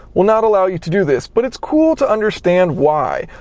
will not allow you to do this, but it's cool to understand why.